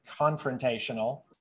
confrontational